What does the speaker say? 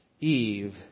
Eve